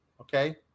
okay